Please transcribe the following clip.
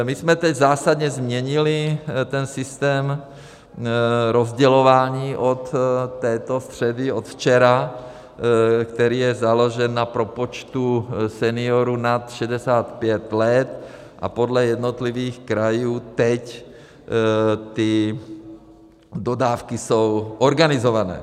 My jsme teď zásadně změnili ten systém rozdělování od této středy, od včera, který je založen na propočtu seniorů nad 65 let, a podle jednotlivých krajů teď ty dodávky jsou organizovány.